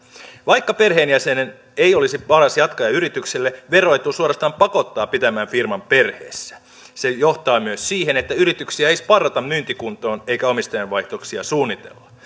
vaikka perheenjäsen ei olisi paras jatkaja yritykselle veroetu suorastaan pakottaa pitämään firman perheessä se johtaa myös siihen että yrityksiä ei sparrata myyntikuntoon eikä omistajanvaihdoksia suunnitella